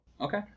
Okay